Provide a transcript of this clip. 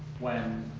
when